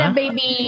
baby